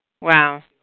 Wow